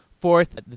fourth